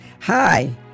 Hi